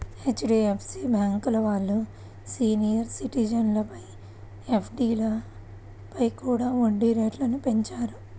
HDFC bank వాళ్ళు senior సిటిజన్ల ఎఫ్డీలపై కూడా వడ్డీ రేట్లను పెంచారు